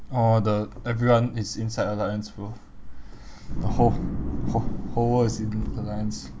oh the everyone is inside alliance bro the whole wh~ whole world is in alliance